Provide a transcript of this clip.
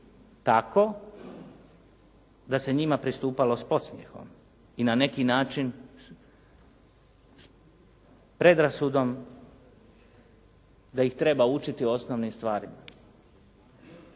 tako da se njima pristupalo s podsmjehom i na neki način s predrasudom da ih treba učiti osnovnim stvarima.